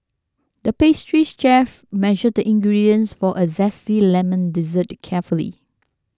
the pastries chef measured the ingredients for a Zesty Lemon Dessert carefully